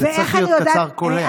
זה צריך להיות קצר, קולע.